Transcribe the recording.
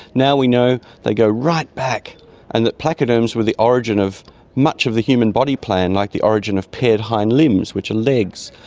now we know they go right back and that placoderms were the origin of much of the human body plan, like the origin of paired hind limbs, which are legs,